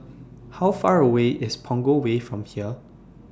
How Far away IS Punggol Way from here